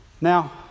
Now